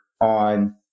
on